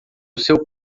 seu